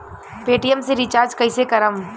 Paytm से recharge कईसे करम?